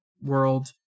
world